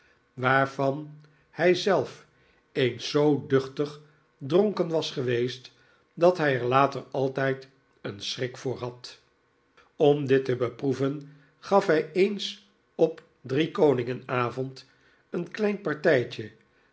waarvan hij zelf eens zoo duchtig dronken was geweest dat hij er later altijd een schrik voor had om dit te beproeven gaf hij eens op driekoningen avond een klein partijtje